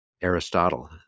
Aristotle